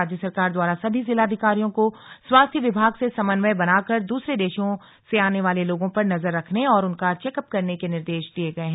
राज्य सरकार द्वारा सभी जिलाधिकारियों को स्वास्थ्य विभाग से समन्वय बनाकर दूसरे देशों से आने वाले लोगों पर नजर रखने और उनका चेकअप करने के निर्देश दिये गए हैं